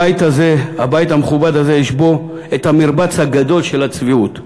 הבית המכובד הזה יש בו את המרבץ הגדול של הצביעות.